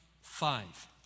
five